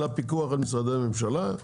אלא פיקוח על משרדי ממשלה.